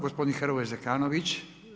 Gospodin Hrvoje Zekanović.